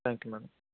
thank you madam